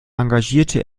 engagierte